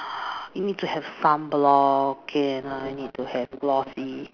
you need to have sunblock okay and I need to have glossy